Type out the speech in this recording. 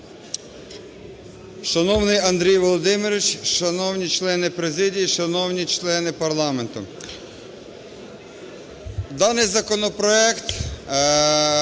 Шановний Андрій Володимирович, шановні члени президії, шановні члени парламенту! Даний законопроект,